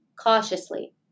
cautiously